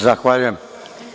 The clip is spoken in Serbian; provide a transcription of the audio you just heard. Zahvaljujem.